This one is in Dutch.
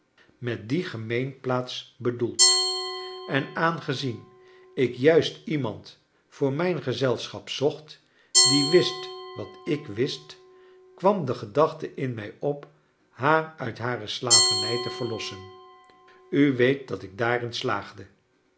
met die gemeenplaats bedoelt en aangezien ik juist iemand voor mijn gezelschap zocht die wist wat ik wist kwam de gedachte in mij op haar uit hare slavernij te verlossen u weet dat ik daarin slaagde